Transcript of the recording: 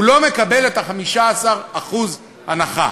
הוא לא מקבל את 15% ההנחה.